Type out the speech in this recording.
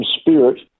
spirit